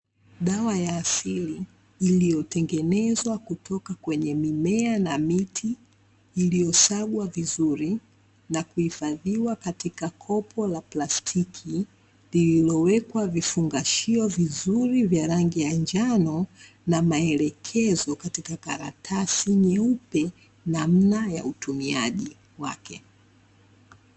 Dawa ya asili iliyotengenezwa kutoka kwenye mimea na miti, iliyosagwa vizuri na kuhifadhiwa katika kopo la plastiki, lililowekwa vifungashio vizuri vya rangi ya njano na maelekezo katika karatasi nyeupe, namna ya utumiaji wake.